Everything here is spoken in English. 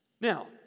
Now